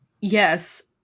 Yes